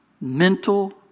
mental